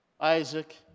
isaac